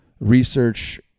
research